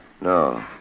No